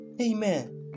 Amen